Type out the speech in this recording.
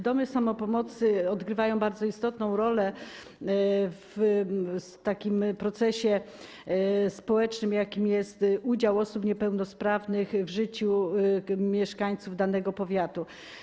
Domy samopomocy odgrywają bardzo istotną rolę w procesie społecznym, jakim jest udział osób niepełnosprawnych w życiu mieszkańców danego powiatu.